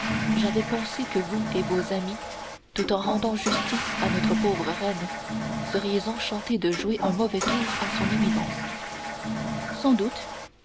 j'avais pensé que vous et vos amis tout en rendant justice à notre pauvre reine seriez enchantés de jouer un mauvais tour à son éminence sans doute